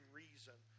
reason